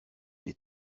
les